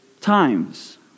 times